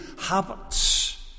habits